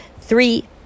three